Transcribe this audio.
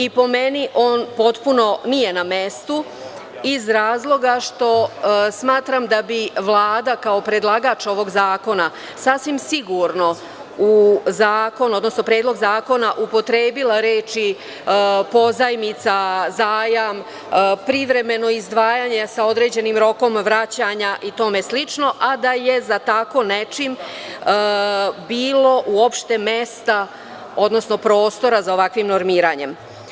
Po meni, on potpuno nije na mestu iz razloga što smatram da bi Vlada, kaopredlagač ovog zakona, sasvim sigurno u zakon, odnosno Predlog zakona upotrebila reči „pozajmica“, „zajam“, „privremeno izdvajanje sa određenim rokom vraćanja“ i tome slično, a da je za tako nečim bilo uopšte mesta, odnosno prostora za ovakvim normiranjem.